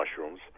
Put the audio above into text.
mushrooms